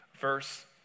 verse